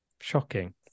Shocking